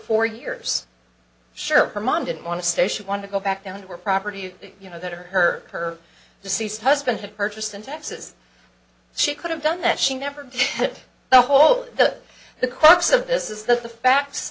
four years sure her mom didn't want to stay she wanted to go back down to her property you know that her deceased husband had purchased in texas she could have done that she never did the whole the the crux of this is the fact